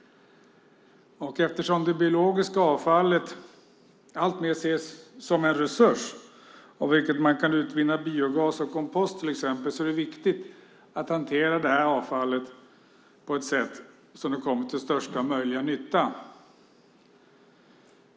Eftersom det biologiska avfallet alltmer ses som en resurs ur vilken man kan utvinna biogas och kompost, till exempel, är det viktigt att hantera avfallet så att det kommer till största möjliga nytta.